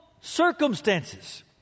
circumstances